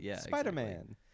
Spider-Man